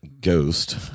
Ghost